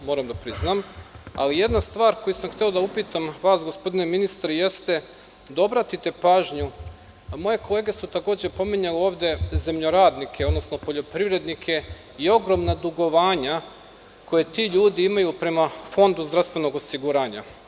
Moram da priznam, ali jedna stvar koju sam hteo da upitam vas, gospodine ministre, jeste da obratite pažnju, moje kolege su takođe pominjale ovde zemljoradnike, odnosno poljoprivrednike i ogromna dugovanja koja ti ljudi imaju prema Fondu zdravstvenog osiguranja.